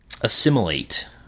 assimilate